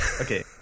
Okay